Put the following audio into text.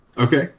Okay